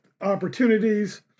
opportunities